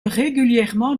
régulièrement